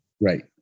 Right